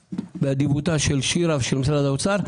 באדיבותה של שירה ממשרד האוצר ושל משרד האוצר,